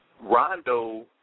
Rondo